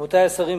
רבותי השרים,